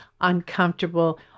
uncomfortable